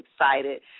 excited